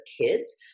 kids